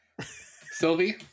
Sylvie